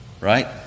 Right